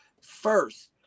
first